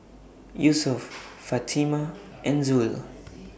Yusuf Fatimah and Zul